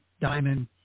diamond